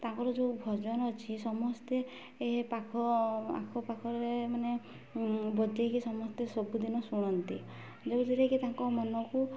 ତାଙ୍କର ଯେଉଁ ଭଜନ ଅଛି ସମସ୍ତେ ଏ ପାଖ ଆଖପାଖରେ ମାନେ ବଜାଇକି ସମସ୍ତେ ସବୁଦିନ ଶୁଣନ୍ତି ଯେଉଁଥିରେ କି ତାଙ୍କ ମନକୁ